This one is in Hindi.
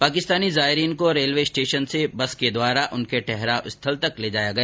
पाकिस्तानी जायरीन को रेलवे स्टेशन से बसों के द्वारा उनके ठहराव स्थल ले जाया गया